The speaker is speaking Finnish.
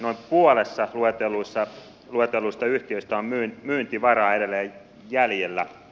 noin puolessa luetelluista yhtiöistä on myyntivaraa edelleen jäljellä